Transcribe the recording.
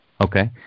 okay